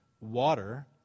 water